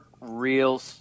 real